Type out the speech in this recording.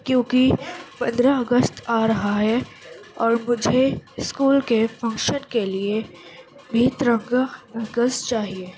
کیونکہ پندرہ اگست آ رہا ہے اور مجھے اسکول کے فنکشن کے لیے یہ ترنگا بینگلس چاہیے